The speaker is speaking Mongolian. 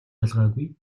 ялгаагүй